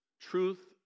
truth